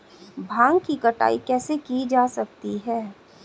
भांग की कटाई कैसे की जा सकती है?